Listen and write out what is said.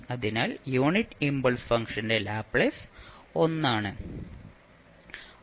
അതിനാൽ unit impulse ഫംഗ്ഷന്റെ Laplace 1 ആണ്